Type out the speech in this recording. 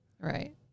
Right